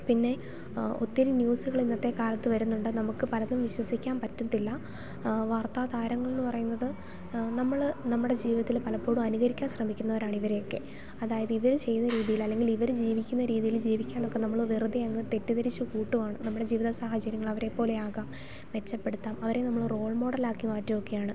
പിന്നെ ഒത്തിരി ന്യൂസ്സ്കൾ ഇന്നത്തെ കാലത്ത് വരുന്നുണ്ട് നമുക്ക് പലതും വിശ്വസിക്കാൻ പറ്റത്തില്ല വാർത്താ താരങ്ങൾ എന്ന് പറയുന്നത് നമ്മൾ നമ്മുടെ ജീവിതത്തിൽ പലപ്പോഴും അനുകരിക്കാൻ ശ്രമിക്കുന്നവരാണ് ഇവരെ ഒക്കെ അതായത് ഇവർ ചെയ്യുന്ന രീതിയിൽ അല്ലെങ്കിൽ അവർ ജീവിക്കുന്ന രീതിയിൽ ജീവിക്കാൻ ഒക്കെ നമ്മൾ വെറുതെ അങ്ങ് തെറ്റിദ്ധരിച്ച് കൂട്ടുവാണ് നമ്മുടെ ജീവിത സാഹചര്യങ്ങൾ അവരെ പോലെ ആകാം മെച്ചപ്പെടുത്താം അവരെ നമ്മൾ റോൾ മോഡലാക്കി മാറ്റുവൊക്കെയാണ്